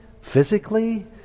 physically